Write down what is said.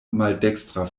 maldekstra